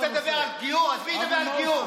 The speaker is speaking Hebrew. רוצה לדבר על גיור, אז מי ידבר על גיור?